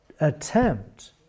attempt